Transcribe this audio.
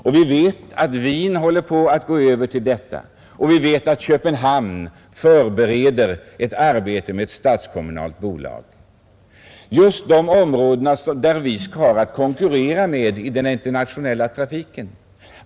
Vi vet också att Wien håller på att gå över till detta system, och vi vet att man i Köpenhamn förbereder ett samarbete i ett statligt-kommunalt bolag. Detta sker alltså just i de områden som vi har att konkurrera med i den internationella trafiken.